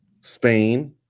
Spain